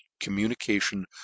communication